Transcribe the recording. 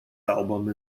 album